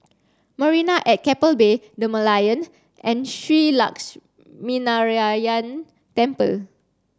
Marina at Keppel Bay The Merlion and Shree Lakshminarayanan Temple